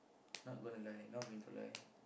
not gonna lie not going to lie